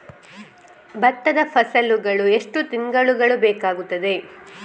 ಭತ್ತ ಫಸಲಾಗಳು ಎಷ್ಟು ತಿಂಗಳುಗಳು ಬೇಕಾಗುತ್ತದೆ?